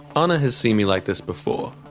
honor has seen me like this before.